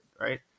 Right